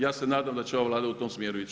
Ja se nadam da će ova Vlada u tom smjeru ići.